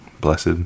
Blessed